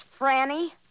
Franny